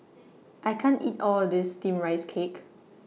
I can't eat All of This Steamed Rice Cake